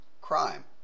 crime